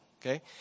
Okay